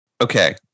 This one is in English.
Okay